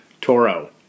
Toro